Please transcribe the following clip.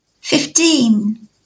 Fifteen